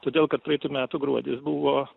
todėl kad praeitų metų gruodis buvo